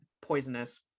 Poisonous